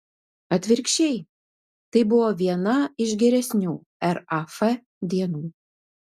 atvirkščiai tai buvo viena iš geresnių raf dienų